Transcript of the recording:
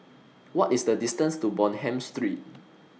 What IS The distance to Bonham Street